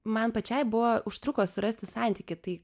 man pačiai buvo užtruko surasti santykį tai